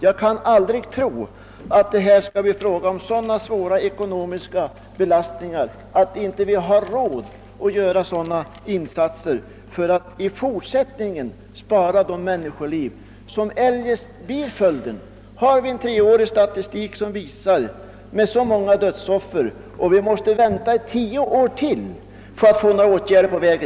Jag kan inte tro att det blir fråga om så stora ekonomiska belastningar att vi inte har råd att göra sådana insatser för att framdeles spara människoliv, som eljest går förlorade. Har vi inte nu en statistik som visar tillräckligt många dödsoffer? Måste vi vänta ytterligare tio år för att få förbättringar vidtagna på denna väg?